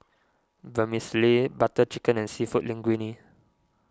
Vermicelli Butter Chicken and Seafood Linguine